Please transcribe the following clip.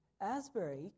Asbury